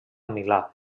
milà